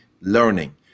learning